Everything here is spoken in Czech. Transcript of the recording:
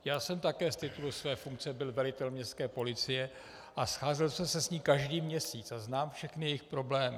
Já jsem také z titulu své funkce byl velitel městské policie a scházel jsem se s ní každý měsíc a znám všechny jejich problémy.